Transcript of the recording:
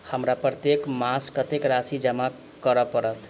हमरा प्रत्येक मास कत्तेक राशि जमा करऽ पड़त?